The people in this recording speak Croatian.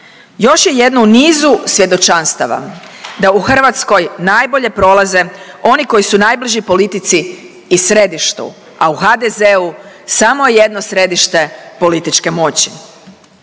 još je jedno u nizu svjedočanstava da u Hrvatskoj najbolje prolaze oni koji su najbliži politici i središtu, a u HDZ-u samo je jedno središte političke moći.